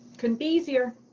couldn't be easier.